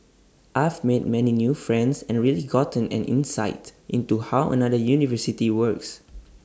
I've made many new friends and really gotten an insight into how another university works